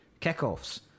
kickoffs